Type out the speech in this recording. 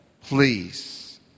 please